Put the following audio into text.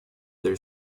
their